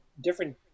different